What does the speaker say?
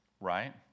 Right